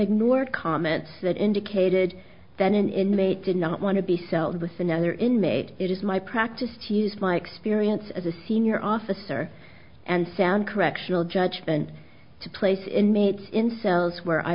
ignored comments that indicated that an inmate did not want to be sold with another inmate it is my practice to use my experience as a senior officer and sound correctional judge than to place inmates in cells where i